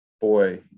boy